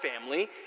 family